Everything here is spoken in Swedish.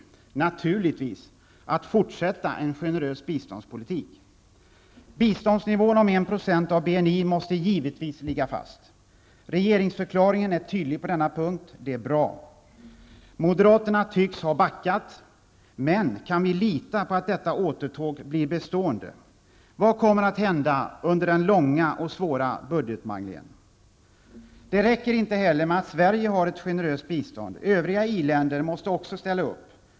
Naturligtvis att fortsätta en generös biståndspolitik. Biståndsnivån om 1 % av BNI måste givetvis ligga fast. Regeringsförklaringen är tydlig på denna punkt. Det är bra. Moderaterna tycks ha backat. Men kan vi lita på att detta återtåg blir bestående? Vad kommer att hända under den långa och svåra budgetmanglingen? Det räcker inte heller med att Sverige har ett generöst bistånd. Övriga i-länder måste också ställa upp.